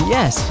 Yes